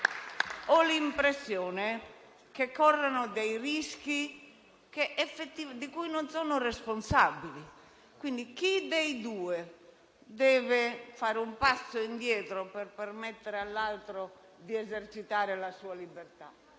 Ho l'impressione che entrambi corrano dei rischi di cui non sono responsabili. Chi dei due deve fare un passo indietro per permettere all'altro di esercitare la sua libertà?